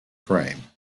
frame